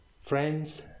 Friends